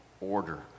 order